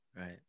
Right